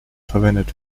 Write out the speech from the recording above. verwendet